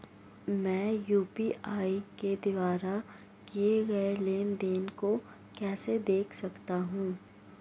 मैं यू.पी.आई के द्वारा किए गए लेनदेन को कैसे देख सकता हूं?